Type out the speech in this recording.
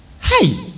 Hey